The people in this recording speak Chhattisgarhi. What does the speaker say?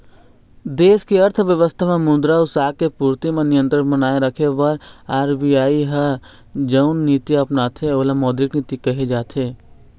देस के अर्थबेवस्था म मुद्रा अउ साख के पूरति म नियंत्रन बनाए रखे बर आर.बी.आई ह जउन नीति अपनाथे ओला मौद्रिक नीति कहे जाथे